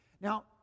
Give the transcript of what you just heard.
Now